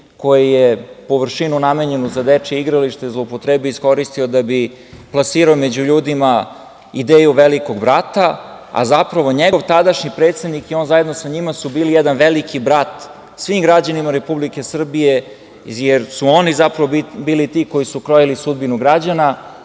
koji je površinu namenjenu za dečije igralište zloupotrebio i iskoristio da bi plasirao među ljudima ideju „Velikog brata“, a zapravo njegov tadašnji predsednik i on zajedno sa njima su bili jedan veliki brat svim građanima Republike Srbije, jer su oni bili ti koji su krojili sudbinu građana,